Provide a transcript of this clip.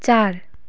चार